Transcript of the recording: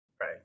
Right